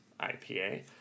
IPA